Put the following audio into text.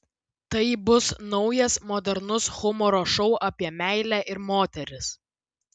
tai bus naujas modernus humoro šou apie meilę ir moteris